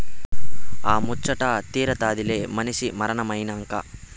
ఆ ముచ్చటా తీరతాదిలే మనసి మరమనినైనంక